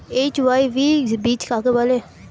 HYV বীজ কাকে বলে?